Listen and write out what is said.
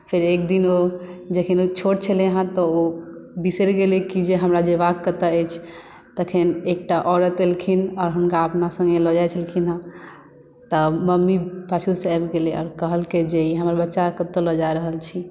फेर एक दिन ओ जखन ओ छोट छलै हेँ तऽ ओ बिसरि गेलै कि जे हमरा जेबाक कतय अछि तखन एकटा औरत एलखिन आ हुनका अपना सङ्गे लऽ जाइ छलखिन हेँ तऽ मम्मी पाछूसँ आबि गेलै आ कहलकै जे ई हमर बच्चाकेँ कतय लऽ जा रहल छी